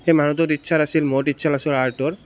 সেই মানুহটো টিচ্ছাৰ আছিল ময়ো টিচ্ছাৰ আছিলোঁ আৰ্টৰ